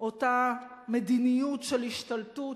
אותה מדיניות של השתלטות,